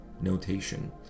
notation